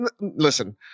Listen